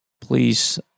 please